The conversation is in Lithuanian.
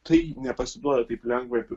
tai nepasiduoda taip lengvai